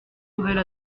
nouvelle